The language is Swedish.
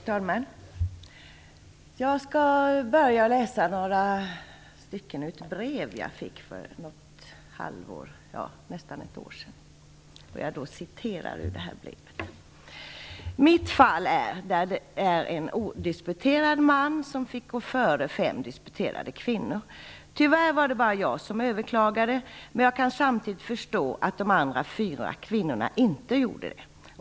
Fru talman! Jag skall börja med att läsa upp några stycken i ett brev som jag fick för nästan ett år sedan. Det gäller en odisputerad man som fick gå före fem disputerade kvinnor. Det står så här: Tyvärr var det bara jag som överklagade. Men jag kan samtidigt förstå att de andra fyra kvinnorna inte gjorde det.